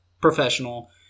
professional